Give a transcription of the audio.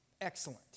Excellent